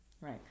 right